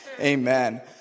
Amen